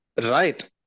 Right